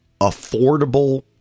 affordable